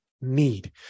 need